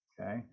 Okay